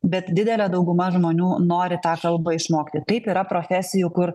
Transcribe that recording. bet didelė dauguma žmonių nori tą kalbą išmokti taip yra profesijų kur